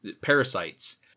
parasites